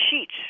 sheets